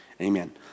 Amen